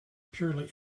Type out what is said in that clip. purely